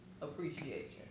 appreciation